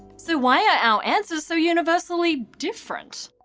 so why are our answers so universally different?